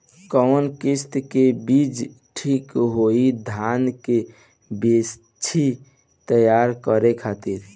कवन किस्म के बीज ठीक होई धान के बिछी तैयार करे खातिर?